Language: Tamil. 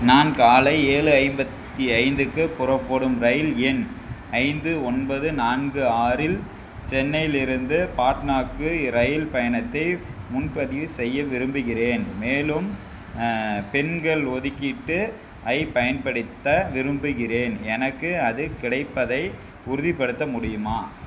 நான் காலை ஏழு ஐம்பத்தி ஐந்துக்கு புறப்படும் ரயில் எண் ஐந்து ஒன்பது நான்கு ஆறில் சென்னையிலிருந்து பாட்னாவுக்கு ரயில் பயணத்தை முன்பதிவு செய்ய விரும்புகின்றேன் மேலும் பெண்கள் ஒதுக்கீட்டு ஐப் பயன்படுத்த விரும்புகின்றேன் எனக்கு அது கிடைப்பதை உறுதிப்படுத்த முடியுமா